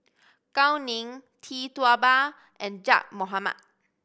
Gao Ning Tee Tua Ba and Zaqy Mohamad